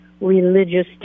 religious